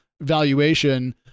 valuation